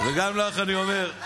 וגם לך אני אומר,